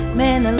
man